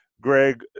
Greg